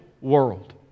world